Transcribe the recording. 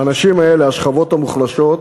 האנשים האלה, השכבות המוחלשות,